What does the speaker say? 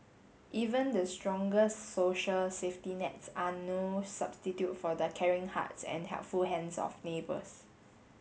even the strongest social safety nets are no substitute for the caring hearts and helpful hands of neighbours